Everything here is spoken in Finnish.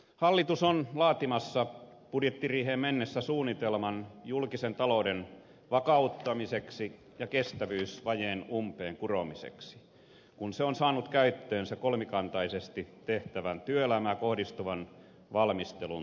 hallitus on laatimassa budjettiriiheen mennessä suunnitelman julkisen talouden vakauttamiseksi ja kestävyysvajeen umpeen kuromiseksi kun se on saanut käyttöönsä kolmikantaisesti tehtävän työelämään kohdistuvan valmistelun tulokset